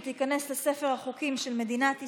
ותיכנס לספר החוקים של מדינת ישראל.